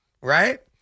right